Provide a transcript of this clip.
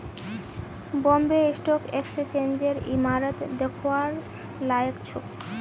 Bombay stock एक्सचेंजेर इमारत दखवार लायक छोक